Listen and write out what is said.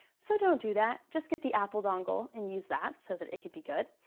so don't do that, just get the apple dongle and use that so that it could be good.